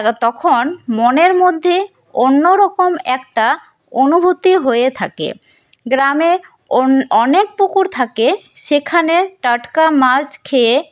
তখন মনের মধ্যে অন্যরকম একটা অনুভূতি হয়ে থাকে গ্রামে অনেক পুকুর থাকে সেখানে টাটকা মাছ খেয়ে